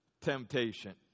temptation